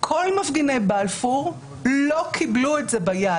כל מפגיני בלפור לא קיבלו את זה ביד.